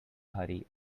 hurry